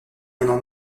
élément